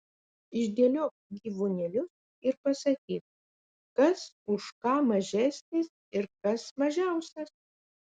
išdėliok gyvūnėlius ir pasakyk kas už ką mažesnis ir kas mažiausias